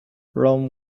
rome